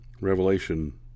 revelation